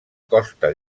costa